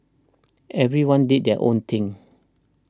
everyone did their own thing